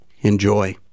Enjoy